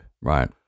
right